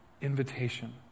invitation